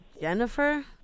Jennifer